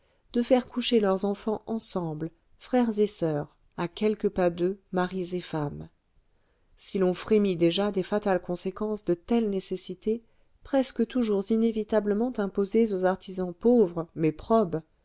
de faire coucher leurs enfants ensemble frères et soeurs à quelques pas d'eux maris et femmes si l'on frémit déjà des fatales conséquences de telles nécessités presque toujours inévitablement imposées aux artisans pauvres mais probes